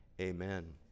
Amen